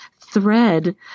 thread